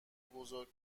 بزرگ